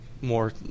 more